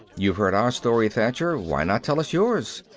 you've heard our story, thacher. why not tell us yours?